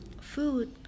food